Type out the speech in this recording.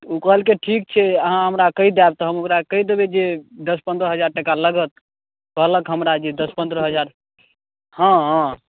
ओ कहलकै ठीक छै अहाँ हमरा कहि देब तऽ हम ओकरा कहि देबै जे दस पन्द्रह हजार टाका लागत कहलक हमरा जे दस पन्द्रह हजार हँ